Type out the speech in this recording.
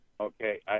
Okay